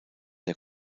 der